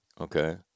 Okay